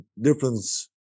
difference